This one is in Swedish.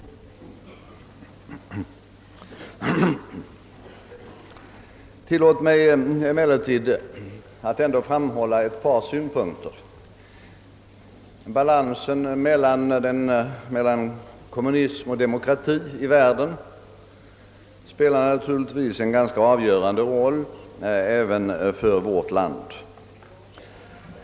Men tillåt mig att kort framhålla ett par synpunkter. Balansen mellan kommunism och demokrati i världen spelar givetvis en ganska avgörande roll även för vårt land.